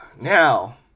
Now